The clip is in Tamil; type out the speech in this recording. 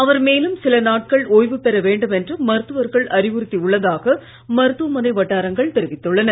அவர் மேலும் சில நாட்கள் ஒய்வு பெற வேண்டுமென்று மருத்துவர்கள் அறிவுறுத்தி உள்ளதாக மருத்துவமனை வட்டாரங்கள் தெரிவித்துள்ளன